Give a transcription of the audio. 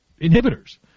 inhibitors